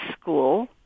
school